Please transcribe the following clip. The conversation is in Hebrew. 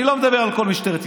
אני לא מדבר על כל משטרת ישראל,